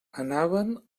anaven